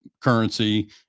currency